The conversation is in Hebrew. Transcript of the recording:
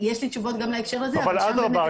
יש לי תשובות גם להקשר הזה --- אבל אדרבא,